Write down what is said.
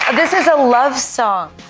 this is a love song.